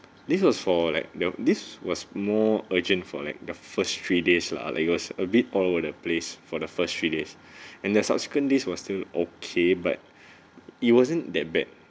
this was for like the this was more urgent for like the first three days lah like it was a bit all over the place for the first three days and then subsequently was still okay but it wasn't that bad